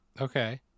Okay